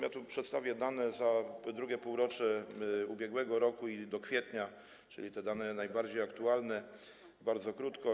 Ja tu przedstawię dane za II półrocze ubiegłego roku i do kwietnia, czyli te dane najbardziej aktualne, bardzo krótko.